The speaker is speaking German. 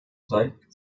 zeigt